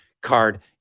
card